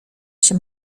się